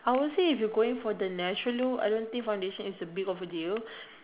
I will say if you going for the natural look I don't think foundation is a big of a deal